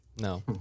No